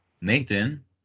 Nathan